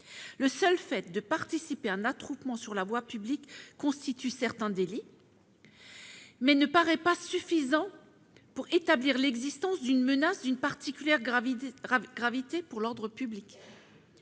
Le seul fait de participer à un attroupement sur la voie publique constitue certes un délit, mais ne paraît pas suffisant pour établir l'existence d'une « menace d'une particulière gravité pour l'ordre public